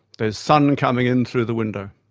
there's sun coming in through the window.